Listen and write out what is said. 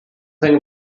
thing